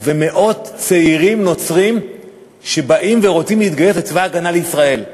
ומאות צעירים נוצרים שבאים ורוצים להתגייס לצבא הגנה לישראל.